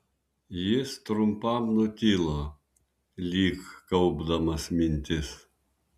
jis trumpam nutilo lyg kaupdamas mintis